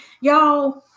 y'all